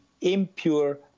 impure